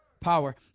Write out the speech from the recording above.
Power